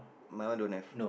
my one don't have